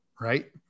Right